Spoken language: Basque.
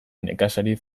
nekazari